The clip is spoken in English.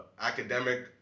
academic